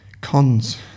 cons